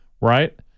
Right